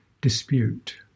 dispute